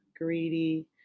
greedy